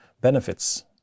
benefits